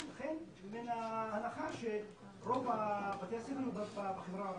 בהנחה שרוב בתי הספר הם בחברה הערבית.